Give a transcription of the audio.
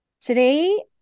Today